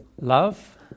love